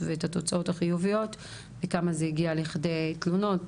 ואת התוצאות החיוביות וכמה זה הגיע לכדי תלונות